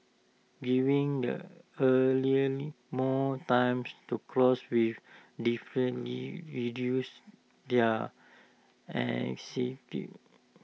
giving the earlier more times to cross with definitely reduce their anxiety